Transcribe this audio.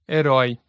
Herói